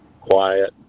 quiet